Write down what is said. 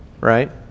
Right